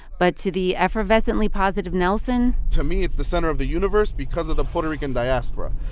but to the effervescently positive nelson. to me, it's the center of the universe because of the puerto rican diaspora.